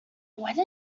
when